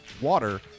water